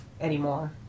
anymore